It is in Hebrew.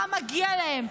מה מגיע להן,